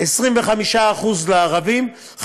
25% לערבים,